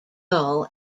gull